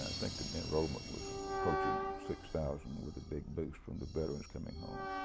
i think the enrollment was approaching six thousand with a big boost from the veterans coming home.